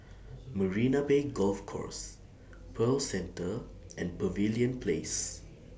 Marina Bay Golf Course Pearl Center and Pavilion Place